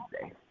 today